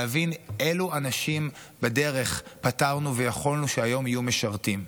להבין אילו אנשים בדרך פטרנו ויכולנו שהיום ישרתו.